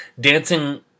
dancing